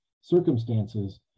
circumstances